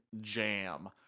jam